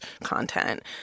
content